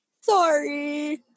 Sorry